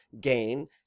gain